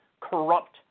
corrupt